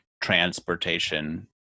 transportation